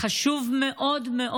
חשוב מאוד מאוד.